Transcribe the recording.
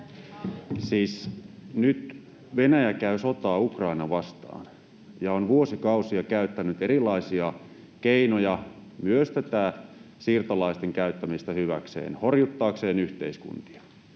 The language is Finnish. Siis nyt Venäjä käy sotaa Ukrainaa vastaan ja on vuosikausia käyttänyt erilaisia keinoja, myös tätä siirtolaisten käyttämistä hyväkseen, horjuttaakseen yhteiskuntia.